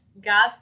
God